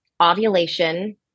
ovulation